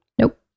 Nope